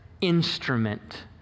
instrument